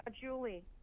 Julie